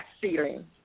ceiling